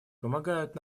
помогают